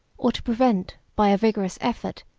or to prevent, by a vigorous effort,